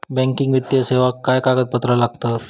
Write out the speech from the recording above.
Banking वित्तीय सेवाक काय कागदपत्र लागतत?